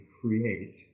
create